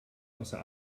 außer